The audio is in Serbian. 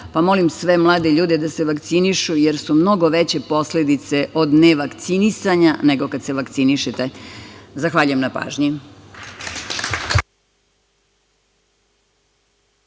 Molim sve mlade ljude da se vakcinišu jer su mnogo veće posledice od ne vakcinisanja nego kad se vakcinišete. Zahvaljujem na pažnji.